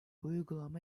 uygulama